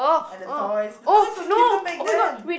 and the toys the toys were cuter back then